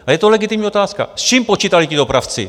A je to legitimní otázka, s čím počítali ti dopravci?